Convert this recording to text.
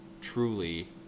truly